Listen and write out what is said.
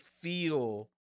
feel